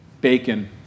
bacon